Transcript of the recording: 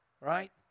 right